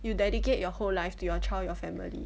you dedicate your whole life to your child your family